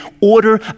order